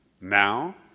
now